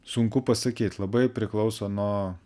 sunku pasakyt labai priklauso nuo